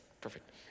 perfect